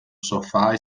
sofá